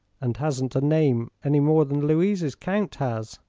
and hasn't a name, any more than louise's count has.